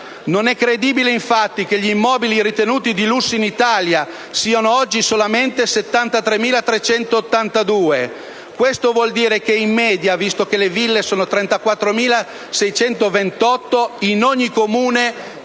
Non è credibile, infatti, che gli immobili ritenuti di lusso in Italia siano oggi solamente 73.382. Questo vuol dire che, in media, visto che le ville sono 34.628, in ogni Comune